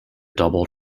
double